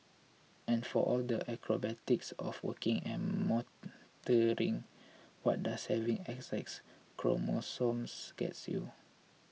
and for all the acrobatics of working and mothering what does having X X chromosomes gets you